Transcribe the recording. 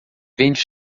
vende